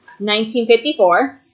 1954